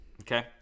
Okay